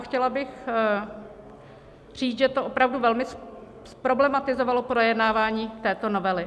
Chtěla bych říct, že to opravdu velmi zproblematizovalo projednávání této novely.